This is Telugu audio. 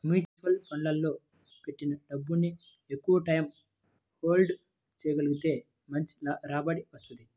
మ్యూచువల్ ఫండ్లలో పెట్టిన డబ్బుని ఎక్కువటైయ్యం హోల్డ్ చెయ్యగలిగితే మంచి రాబడి వత్తది